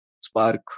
spark